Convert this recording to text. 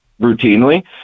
routinely